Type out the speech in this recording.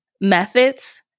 methods